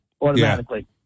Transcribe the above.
automatically